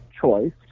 choice